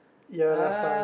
ya last time